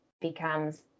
becomes